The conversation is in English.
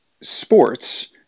sports